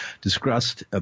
discussed